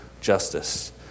justice